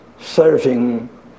serving